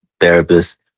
therapist